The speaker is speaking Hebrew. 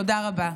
תודה רבה.